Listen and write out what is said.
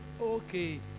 okay